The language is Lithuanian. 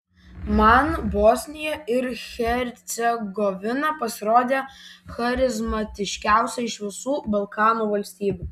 man bosnija ir hercegovina pasirodė charizmatiškiausia iš visų balkanų valstybių